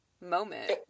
moment